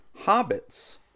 hobbits